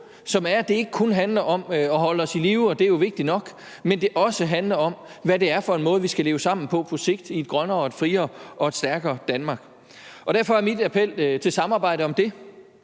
som er, at det ikke kun handler om at holde os i live – det er jo vigtigt nok – men at det også handler om, hvad det er for en måde, vi skal leve sammen på på sigt i et grønnere og et friere og et stærkere Danmark. Derfor er min appel til et samarbejde om det